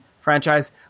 franchise